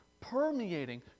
permeating